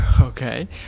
Okay